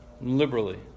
liberally